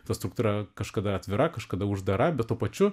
ta struktūra kažkada atvira kažkada uždara bet tuo pačiu